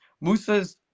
Musa's